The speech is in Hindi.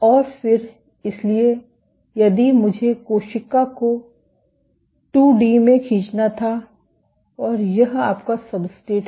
और फिर इसलिए यदि मुझे कोशिका को 2 डी में खींचना था और यह आपका सब्सट्रेट है